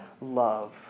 love